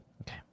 Okay